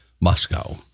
Moscow